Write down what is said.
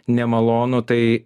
nemalonu tai